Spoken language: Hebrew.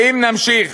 ואם נמשיך